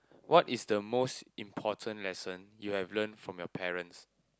what is the most important lesson you have learnt from your parents